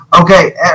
okay